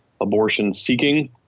abortion-seeking